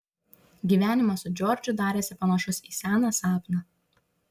gyvenimas su džordžu darėsi panašus į seną sapną